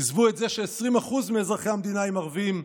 עזבו את זה ש-20% מאזרחי המדינה הם ערבים,